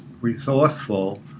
resourceful